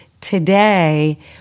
today